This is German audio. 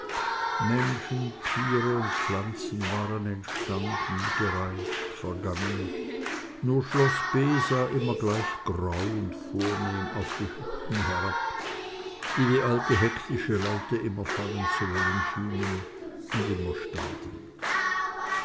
menschen tiere und pflanzen waren entstanden gereift vergangen nur schloß b sah immer gleich grau und vornehm auf die hütten herab die wie alte hektische leute immer fallen zu wollen schienen und immer standen